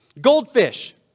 Goldfish